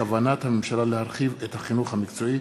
מוזס בנושא: כוונת הממשלה להרחיב את החינוך המקצועי.